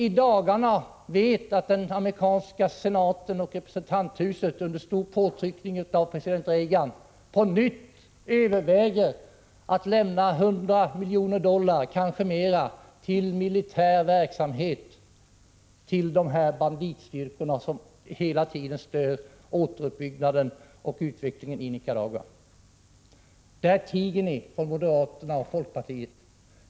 Vi vet att den amerikanska senaten och representanthuset, under stor påtryckning från Ronald Reagan, i dagarna på nytt överväger att lämna 100 miljoner dollar och kanske mer till militär verksamhet och de banditstyrkor som hela tiden stör återuppbyggnaden och utvecklingen i Nicaragua. Där tiger ni, från moderaterna och folkpartiet.